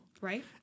Right